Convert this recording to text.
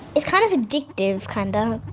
it's kind of addictive, kinda.